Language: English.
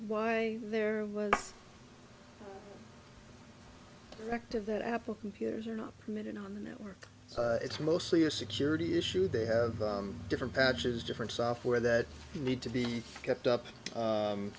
why there was active that apple computers are not permitted on the network it's mostly a security issue they have different patches different software that need to be kept up